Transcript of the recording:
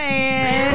Man